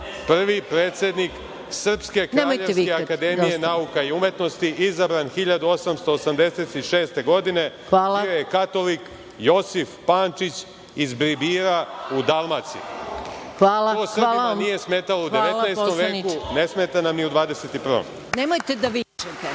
Prvi predsednik Srpske kraljevske akademije nauka i umetnosti izabran 1886. godine je katolik Josif Pančić iz Bribira u Dalmaciji. To Srbima nije smetalo u 19. veku, ne smeta nam ni u 21.